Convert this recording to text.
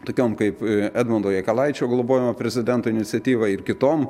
tokiom kaip edmundo jakilaičio globojama prezidento iniciatyva ir kitom